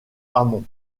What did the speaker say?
amont